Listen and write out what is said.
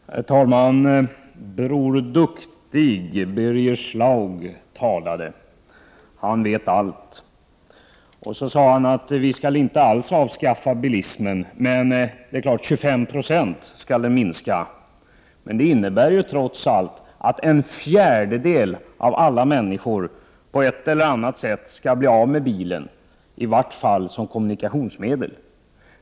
Herr talman! Bror Duktig, Birger Schlaug, talade. Han vet allt. Han sade att bilismen inte skall avskaffas men att den skall minska med 25 2. Det innebär trots allt att en fjärdedel av alla människor på ett eller annat sätt blir av med bilen, i varje fall som kommunikationsmedel.